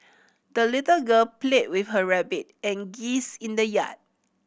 the little girl played with her rabbit and geese in the yard